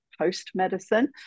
post-medicine